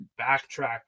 backtrack